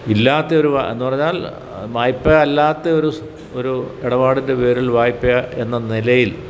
ഇല്ലാത്തതൊരു എന്നു പറഞ്ഞാൽ വായ്പ അല്ലാത്ത ഒരു ഒരു ഇടപാടിൻ്റെ പേരിൽ വായ്പ എന്ന നിലയിൽ